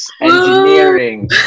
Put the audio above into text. engineering